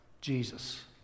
Jesus